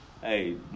Hey